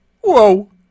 Whoa